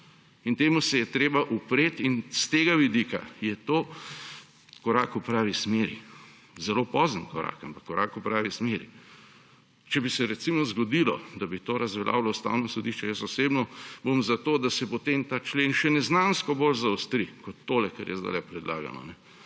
in temu se je treba upreti. S tega vidika je to korak v pravi smeri. Zelo pozen korak, ampak korak v pravi smeri. Če bi se, recimo, zgodilo, da bi to razveljavilo Ustavno sodišče, bom osebno za to, da se potem ta člen še neznansko bolj zaostri, kot tole, kar je zdaj predlagano.